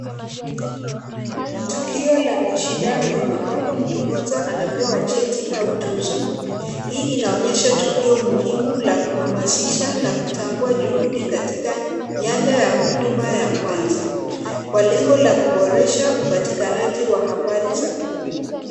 Tukio la mashindano ambapo mtu mmoja anapewa cheti au tuzo. Hii inaonyesha tukio muhimu la kuhamasisha na kutumbua juhudi katika nyanja ya huduma ya kwanza kwa lengo ya kuboresha upatikanaji wa habari za huduma.